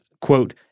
Quote